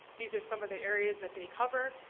these are some of the areas that they cover.